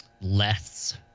less